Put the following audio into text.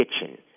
kitchen